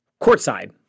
courtside